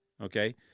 Okay